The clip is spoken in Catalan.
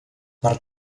per